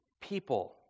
people